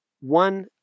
One